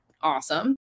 awesome